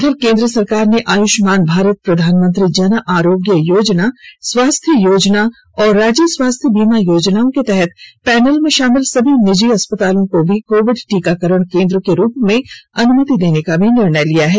इधर केंद्र सरकार ने आयुष्मान भारत प्रधानमंत्री जन आरोग्य योजना स्वास्थ्य योजना और राज्य स्वास्थ्य बीमा योजनाओं के तहत पैनल में शामिल सभी निजी अस्पतालों को भी कोविड टीकाकरण केंद्र के रूप में अनुमति देने का भी निर्णय लिया है